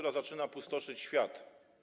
Ona zaczyna pustoszyć świat.